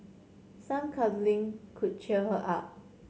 some cuddling could cheer her up